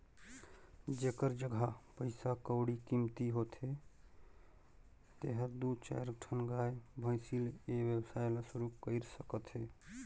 जेखर जघा पइसा कउड़ी कमती होथे तेहर दू चायर ठन गाय, भइसी ले ए वेवसाय ल सुरु कईर सकथे